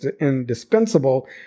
indispensable